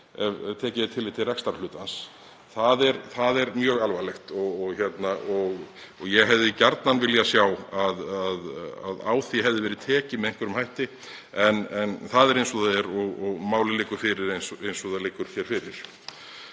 ef tekið er tillit til rekstrarhlutans. Það er mjög alvarlegt og ég hefði gjarnan viljað sjá að á því hefði verið tekið með einhverjum hætti. En það er eins og það er og málið liggur fyrir eins og það liggur hér fyrir.